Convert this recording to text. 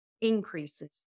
increases